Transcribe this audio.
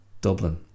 Dublin